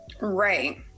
Right